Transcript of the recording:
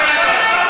רק אתה,